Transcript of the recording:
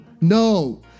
no